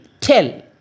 tell